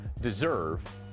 deserve